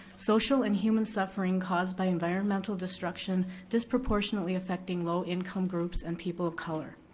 social and human suffering caused by environmental destruction, disproportionately affecting low-income groups and people of color.